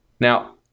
Now